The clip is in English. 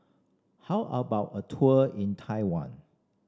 how about a tour in Taiwan